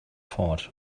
fort